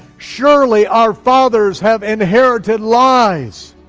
surely our fathers have inherited lies.